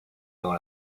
dans